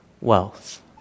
wealth